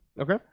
Okay